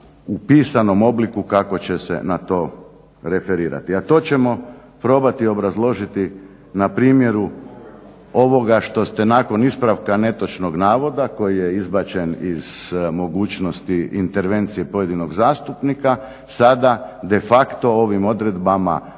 u pisanom obliku kako će se na to referirati, a to ćemo probati obrazložiti na primjeru ovoga što ste nakon ispravka netočnog navoda koji je izbačen iz mogućnosti intervencije pojedinog zastupnika sada de facto ovim odredbama